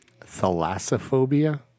thalassophobia